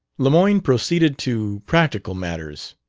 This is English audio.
lemoyne proceeded to practical matters.